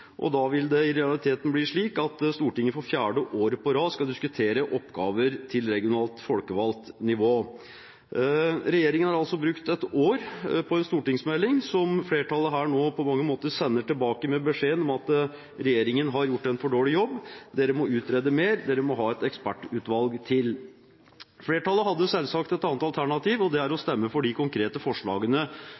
2017. Da vil det i realiteten bli slik at Stortinget for fjerde året på rad skal diskutere oppgaver til regionalt folkevalgt nivå. Regjeringen har altså brukt ett år på en stortingsmelding som flertallet nå på mange måter sender tilbake med beskjed om at regjeringen har gjort en for dårlig jobb: Dere må utrede mer. Dere må ha et ekspertutvalg til. Flertallet hadde selvsagt hatt et annet alternativ, nemlig å stemme for de konkrete forslagene